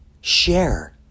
share